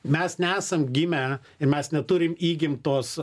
mes nesam gimę ir mes neturim įgimtos